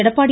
Edappadi